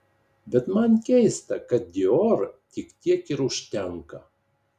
bet man keista kad dior tik tiek ir užtenka